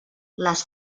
les